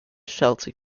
chelsea